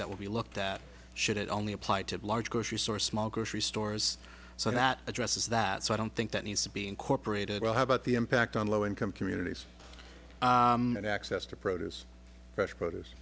that will be looked at should it only apply to large grocery store small grocery stores so that addresses that so i don't think that needs to be incorporated well how about the impact on low income communities and access to produce fresh produce